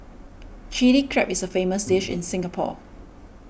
Chilli Crab is a famous dish in Singapore